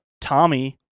Tommy